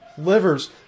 Livers